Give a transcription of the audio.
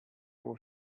for